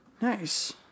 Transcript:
nice